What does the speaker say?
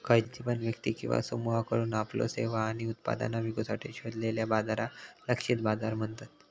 खयची पण व्यक्ती किंवा समुहाकडुन आपल्यो सेवा आणि उत्पादना विकुसाठी शोधलेल्या बाजाराक लक्षित बाजार म्हणतत